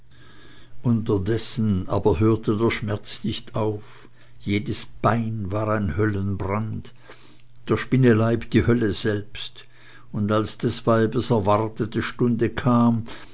unterdessen aber hörte der schmerz nicht auf jedes bein war ein höllenbrand der spinne leib die hölle selbst und als des weibes erwartete stunde kam